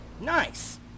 nice